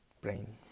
Brain